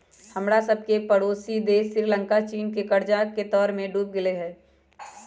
हमरा सभके पड़ोसी देश श्रीलंका चीन के कर्जा के तरमें डूब गेल हइ